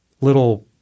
little